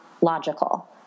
logical